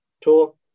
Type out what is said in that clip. talk